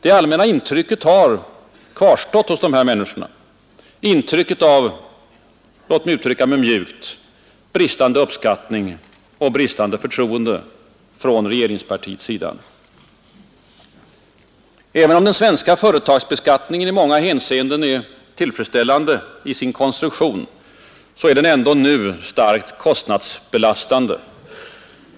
Det allmänna intrycket har kvarstått hos dessa människor, ett intryck av — låt mig uttrycka mig mjukt — bristande uppskattning och bristande förtroende från regeringspartiets sida. Även om den svenska företagsbeskattningen i många hänseenden är tillfredsställande i sin konstruktion, är den ändå nu starkt kostnadsbelastande.